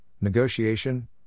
negotiation